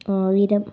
ആയിരം